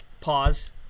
pause